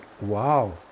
wow